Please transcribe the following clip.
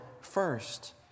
first